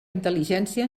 intel·ligència